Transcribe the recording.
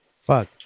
Fuck